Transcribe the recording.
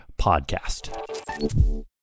podcast